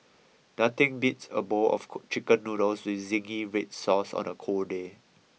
nothing beats a bowl of Chicken Noodles with zingy red sauce on a cold day